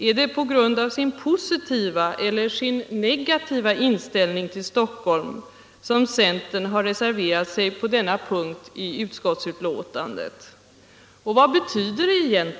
Är det på grund av sin positiva eller sin negativa inställning till Stockholm som centern har reserverat sig på denna punkt i utskottsbetänkandet?